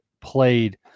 played